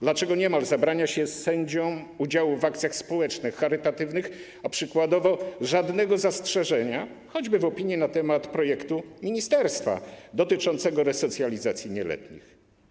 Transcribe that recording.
Dlaczego niemal zabrania się sędziom udziału w akcjach społecznych, charytatywnych, a przykładowo nie ma żadnego zastrzeżenia, choćby w przypadku opinii na temat projektu ministerstwa dotyczącego resocjalizacji nieletnich.